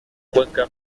cuenca